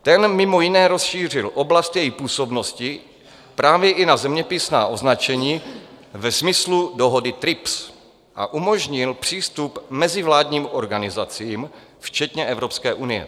Ten mimo jiné rozšířil oblast její působnosti právě i na zeměpisná označení ve smyslu dohody TRIPS a umožnil přístup mezivládním organizacím, včetně Evropské unie.